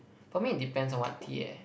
for me it depends on what tea eh